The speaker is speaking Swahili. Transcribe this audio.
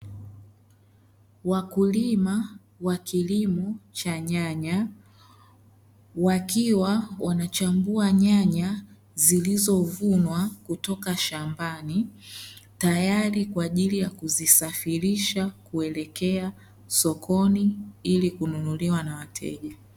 Wakulima wa kilimo cha nyanya wakiwa wanachambua nyanya, zilizovunwa kutoka shambani , tayari kwaajili ya kuzisafirisha kuelekea sokoni ili kununuliwa na wateja.